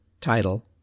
title